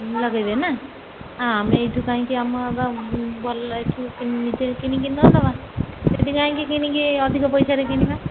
ଲଗାଇବେ ନା ହଁ ଆମେ ଏଇଠୁ କାହିଁକି ଆମର ଭଲ ଏଠୁ ନିଜେ କିଣିକି ନ ନେବା ସେଠି କାହିଁକି କିଣିକି ଅଧିକ ପଇସାରେ କିଣିବା